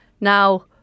now